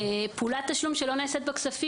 פעולת תשלום שלא נעשית בכספים,